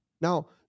Now